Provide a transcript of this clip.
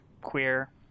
queer